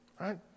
right